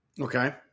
okay